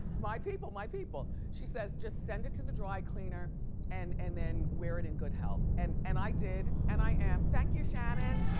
my people, my people. she says, just send it to the dry cleaner and and then wear it in good health. and and i did and i am. thank you, shannon.